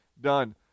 Done